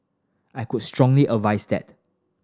I could strongly advise that